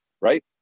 right